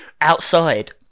outside